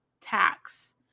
tax